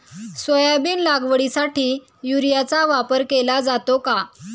Soybean लागवडीसाठी युरियाचा वापर केला जातो का?